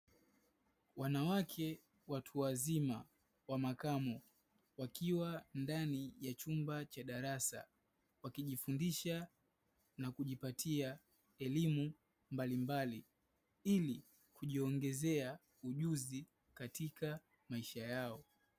Wanawake watu wazima wa makamo wakiwa ndani ya chumba cha darasa wakijipatia na kujifundisha elimu mbalimbali ili kujipatia ujuzi katika maisha yao.